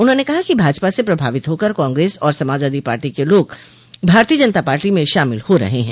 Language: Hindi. उन्होंने कहा कि भाजपा से प्रभावित होकर काग्रेस और समाजवादी पार्टी के लोग भारतीय जनता पार्टी में शामिल हो रहे हैं